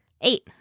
Eight